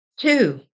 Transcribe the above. Two